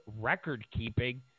record-keeping